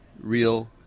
real